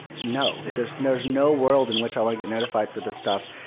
no. there's no no world in which i want to get notified for this stuff.